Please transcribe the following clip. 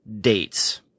dates